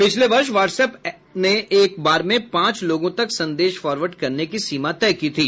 पिछले वर्ष WhatsApp ने एक बार में पांच लोगों तक संदेश फॉरवर्ड करने की सीमा तय की थी